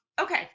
Okay